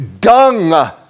dung